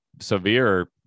severe